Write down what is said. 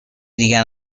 دیگر